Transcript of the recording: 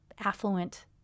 affluent